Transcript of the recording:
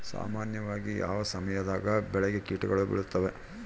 ಸಾಮಾನ್ಯವಾಗಿ ಯಾವ ಸಮಯದಾಗ ಬೆಳೆಗೆ ಕೇಟಗಳು ಬೇಳುತ್ತವೆ?